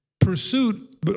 pursuit